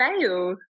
fail